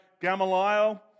Gamaliel